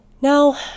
Now